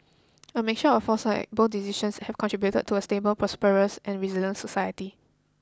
a mixture of foresight and bold decisions have contributed to a stable prosperous and resilient society